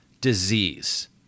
disease